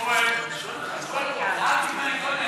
הצעת חוק הענקת אותו לאזרחים במערכות ישראל,